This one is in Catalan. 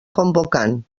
convocant